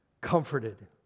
comforted